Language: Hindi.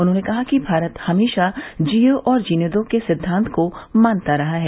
उन्होंने कहा कि भारत हमेशा जीओ और जीने दो के सिद्वांत को मानता रहा है